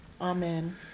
Amen